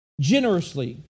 generously